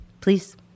please